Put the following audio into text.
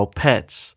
pets